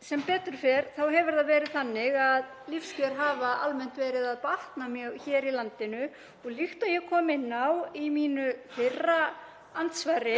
Sem betur fer hafa lífskjör almennt verið að batna mjög hér í landinu og líkt og ég kom inn á í mínu fyrra andsvari